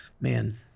man